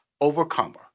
Overcomer